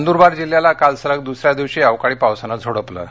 नंदुरबार जिल्ह्याला काल सलग दुसऱ्या दिवशी अवकाळी पावसाने झोडपले आहे